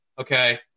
okay